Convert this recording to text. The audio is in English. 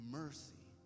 mercy